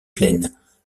plaines